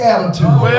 Attitude